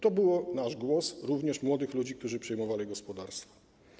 To był nasz głos, również młodych ludzi, którzy przejmowali gospodarstwa.